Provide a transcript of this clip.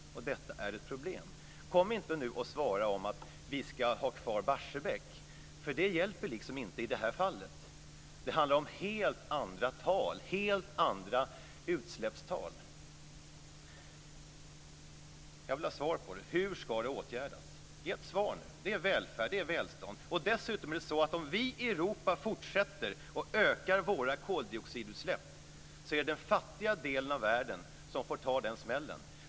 Och detta är ett problem. Svara nu inte att vi ska ha kvar Barsebäck, eftersom det inte hjälper i detta fall. Det handlar om helt andra utsläppstal. Jag vill ha svar på hur detta ska åtgärdas. Ge ett svar nu. Det är välfärd och välstånd. Dessutom är det så att om vi i Europa fortsätter att öka våra koldioxidutsläpp så är det den fattiga delen av världen som får ta den smällen.